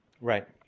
Right